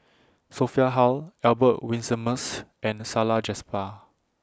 Sophia Hull Albert Winsemius and Salleh Japar